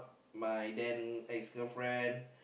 my then ex girlfriend